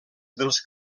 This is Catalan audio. dels